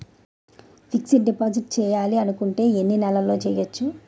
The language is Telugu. ఫిక్సడ్ డిపాజిట్ చేయాలి అనుకుంటే ఎన్నే నెలలకు చేయొచ్చు?